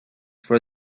for